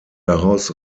daraus